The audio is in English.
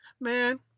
man